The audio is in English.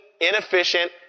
inefficient